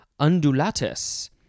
undulatus